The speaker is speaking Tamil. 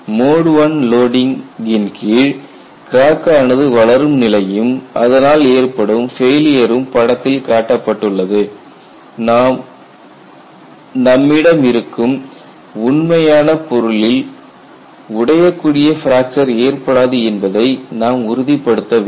மோட் I லோடிங் கின் கீழ் கிராக் ஆனது வளரும் நிலையும் அதனால் ஏற்படும் ஃபெயிலியரும் படத்தில் காட்டப்பட்டுள்ளது நம்மிடம் இருக்கும் உண்மையான பொருளில் உடையக்கூடிய பிராக்சர் ஏற்படாது என்பதை நாம் உறுதிப்படுத்த வேண்டும்